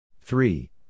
three